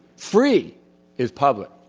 free is public.